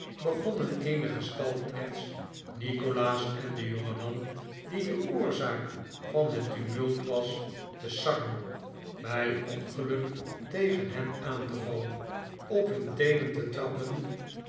begonnen eenige stalknechts nikolaas en den jongeman die de oorzaak van het tumult was te sarren bij ongeluk tegen hen aan te vallen op hun teenen te trappen